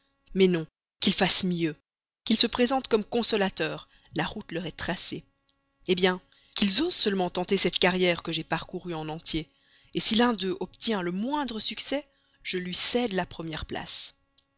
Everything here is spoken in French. mais non qu'ils fassent mieux qu'ils se présentent comme consolateurs la route leur est tracée eh bien qu'ils osent seulement tenter cette carrière que j'ai parcourue en entier si l'un d'eux obtient le moindre succès je lui cède la première place